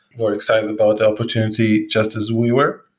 who are excited about the opportunity just as we were,